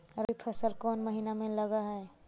रबी फसल कोन महिना में लग है?